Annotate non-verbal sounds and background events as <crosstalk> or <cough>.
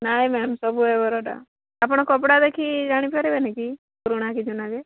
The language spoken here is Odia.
ନାଇଁ ମ୍ୟାମ୍ ସବୁ <unintelligible> ଆପଣ କପଡ଼ା ଦେଖିକି ଜାଣି ପାରିବେନି କି ପୁରୁଣା ହୋଇଛି ନା ନାହିଁ